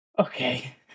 Okay